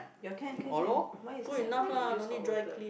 ya can can can my is can can use hot water